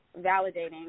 validating